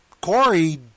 Corey